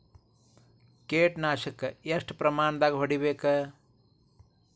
ಕೇಟ ನಾಶಕ ಎಷ್ಟ ಪ್ರಮಾಣದಾಗ್ ಹೊಡಿಬೇಕ?